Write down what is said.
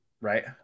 right